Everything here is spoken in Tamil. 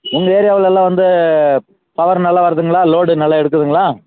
உங்கள் ஏரியாவுலெலாம் வந்து பவர் நல்லா வருதுங்களா லோடு நல்லா எடுக்குதுங்களா